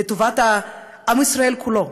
לטובת עם ישראל כולו,